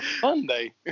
Sunday